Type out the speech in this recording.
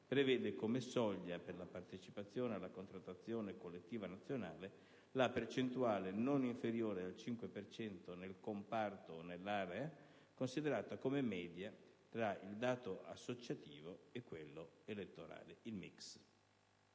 prevede come soglia per la partecipazione alla contrattazione collettiva nazionale la percentuale non inferiore al 5 per cento nel comparto o nell'area, considerata come media tra il dato associativo e quello elettorale, cioè